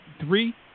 three